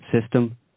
system